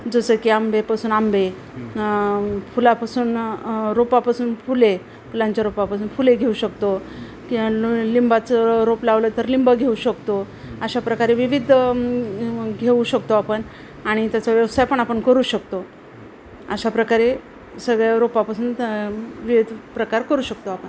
जसं की आंबेपासून आंबे फुलापासून रोपापासून फुले फुलांच्या रोपापासून फुले घेऊ शकतो किंवा ल लिंबाचं रोप लावलं तर लिंबं घेऊ शकतो अशा प्रकारे विविध घेऊ शकतो आपण आणि त्याचा व्यवसाय पण आपण करू शकतो अशा प्रकारे सगळ्या रोपापासून विविध प्रकार करू शकतो आपण